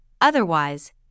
otherwise